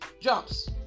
jumps